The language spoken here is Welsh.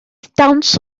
dawns